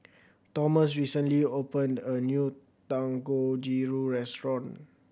Thomas recently opened a new Dangojiru restaurant